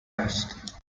است